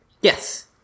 Yes